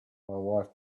wife